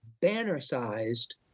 banner-sized